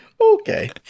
Okay